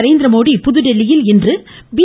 நரேந்திரமோடி புதுதில்லியில் இன்று பி